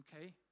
Okay